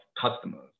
customers